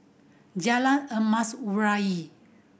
Jalan Emas Urai